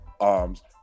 arms